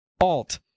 alt